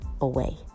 away